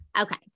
Okay